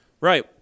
Right